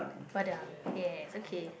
padang yes okay